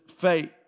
faith